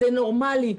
זה נורמלי.